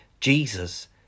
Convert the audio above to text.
Jesus